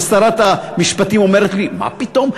ושרת המשפטים אומרת לי: מה פתאום,